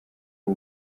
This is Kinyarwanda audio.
uwo